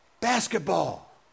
basketball